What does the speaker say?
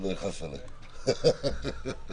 הדוגמה הכי קרובה שהצלחנו לחשוב עליה הייתה ערכות מגן אב"כ משנות